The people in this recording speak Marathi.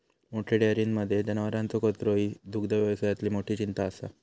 मोठ्या डेयरींमध्ये जनावरांचो कचरो ही दुग्धव्यवसायातली मोठी चिंता असा